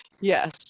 Yes